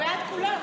אנחנו בעד כולם.